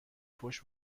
فحش